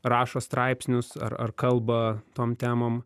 rašo straipsnius ar ar kalba tom temom